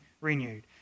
renewed